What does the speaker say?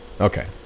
Okay